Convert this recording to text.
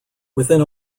within